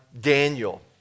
Daniel